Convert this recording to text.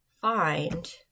find